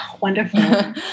Wonderful